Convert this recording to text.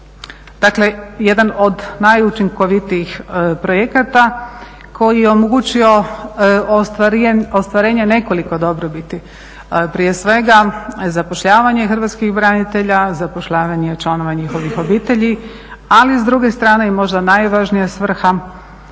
Dakle jedan od najučinkovitijih projekata koji je omogućio ostvarenje nekoliko dobrobiti prije svega zapošljavanje hrvatskih branitelja, zapošljavanje članova njihovih obitelji ali i s druge strane i možda najvažnija svrha